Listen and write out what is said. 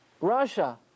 Russia